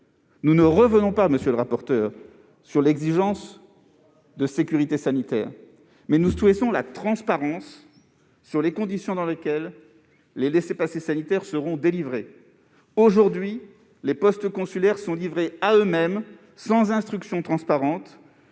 Nous ne revenons pas, monsieur le rapporteur, sur l'exigence de sécurité sanitaire, mais nous souhaitons la transparence sur les conditions dans lesquelles les laissez-passer sanitaires seront délivrés. Aujourd'hui, les postes consulaires sont livrés à eux-mêmes, sans instruction transparente,